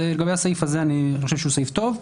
לגבי הסעיף הזה, אני חושב שהוא סעיף טוב.